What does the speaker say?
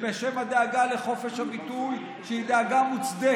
ובשם הדאגה לחופש הביטוי, שהיא דאגה מוצדקת,